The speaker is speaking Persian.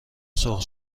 سرخ